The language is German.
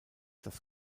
das